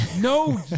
No